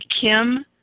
Kim